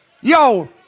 yo